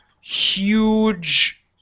huge